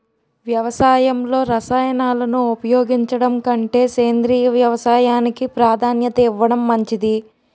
వ్యవసాయంలో రసాయనాలను ఉపయోగించడం కంటే సేంద్రియ వ్యవసాయానికి ప్రాధాన్యత ఇవ్వడం మంచిది